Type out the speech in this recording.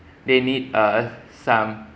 they need uh some